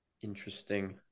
Interesting